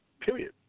Period